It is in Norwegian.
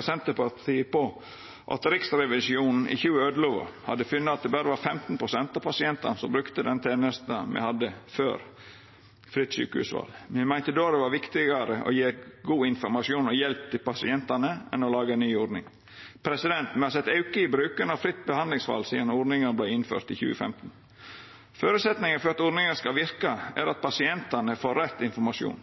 Senterpartiet på at Riksrevisjonen i 2011 hadde funne at det berre var 15 pst. av pasientane som brukte tenesta me hadde før fritt sjukehusval. Me meinte då at det var viktigare å gje god informasjon og hjelp til pasientane enn å laga ei ny ordning. Me har sett ein auke i bruken av fritt behandlingsval sidan ordninga vart innført i 2015. Føresetnaden for at ordninga skal verka, er at pasientane får rett informasjon.